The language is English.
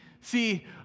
see